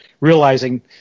realizing